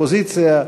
מהאופוזיציה,